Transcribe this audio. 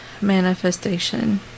manifestation